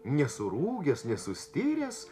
nesurūgęs nesustiręs